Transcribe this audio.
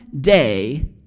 day